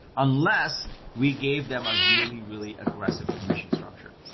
unless we gave them a really really aggressive commission structure.